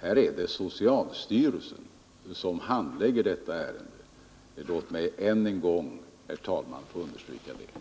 Det är socialstyrelsen som handlägger detta ärende; låt mig än en gång få understryka det.